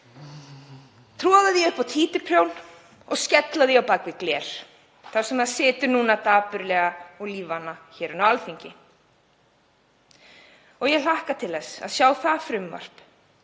troða því upp á títuprjón og skella því á bak við gler þar sem situr núna dapurlega og lífvana hér á Alþingi. Ég hlakka til að sjá það frumvarp